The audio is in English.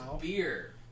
beer